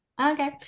Okay